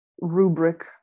rubric